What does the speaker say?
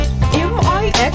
M-I-X